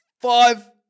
Five